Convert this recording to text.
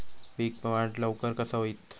पीक वाढ लवकर कसा होईत?